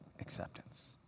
acceptance